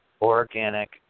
organic